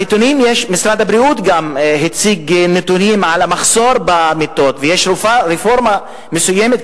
משרד הבריאות הציג נתונים על המחסור במיטות ויש רפורמה מסוימת,